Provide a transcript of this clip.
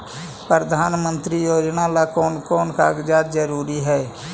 प्रधानमंत्री योजना ला कोन कोन कागजात जरूरी है?